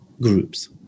groups